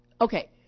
Okay